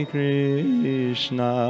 Krishna